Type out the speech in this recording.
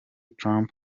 trump